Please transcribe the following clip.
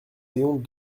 ayons